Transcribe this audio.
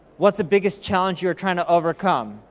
what's the biggest challenge you're tryin' to overcome?